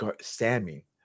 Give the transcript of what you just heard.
Sammy